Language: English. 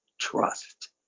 trust